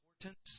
importance